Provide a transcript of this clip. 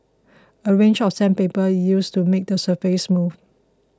a range of sandpaper is used to make the surface smooth